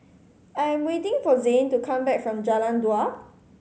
I am waiting for Zane to come back from Jalan Dua